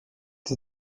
gdy